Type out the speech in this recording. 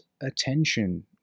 attention